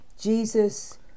Jesus